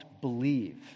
believe